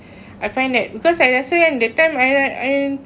I find that because I rasa kan the time I I